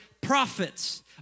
prophets